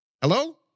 Hello